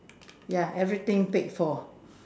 ya everything paid for